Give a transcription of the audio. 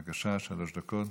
בבקשה, שלוש דקות.